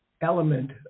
element